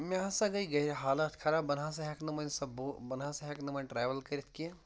مےٚ ہسا گٔے گرِ حالت خراب بہٕ نہ ہٚٮ۪کہٕ نہٕ ووٚنۍ سۄ بُک بہٕ نہ سا ہٮ۪کہٕ نہٕ وۄنۍ ٹریوٕل کٔرِتھ کینٛہہ